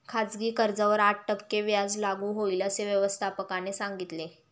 खाजगी कर्जावर आठ टक्के व्याज लागू होईल, असे व्यवस्थापकाने सांगितले